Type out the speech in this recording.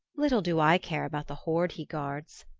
little do i care about the hoard he guards,